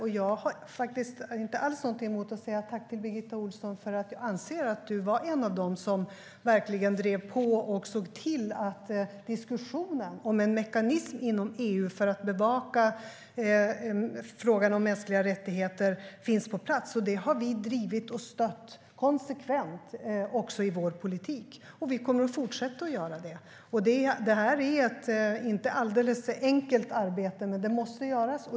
Jag har faktiskt inte alls någonting emot att säga tack till dig, Birgitta Ohlsson, för jag anser att du var en av dem som verkligen drev på och såg till att diskussionen om en mekanism inom EU för att bevaka frågan om mänskliga rättigheter finns på plats. Detta har vi drivit och stött, konsekvent, också i vår politik. Vi kommer att fortsätta att göra det. Det här är ett inte alldeles enkelt arbete, men det måste göras.